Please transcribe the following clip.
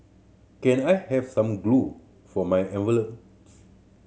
can I have some glue for my envelopes